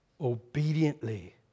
Obediently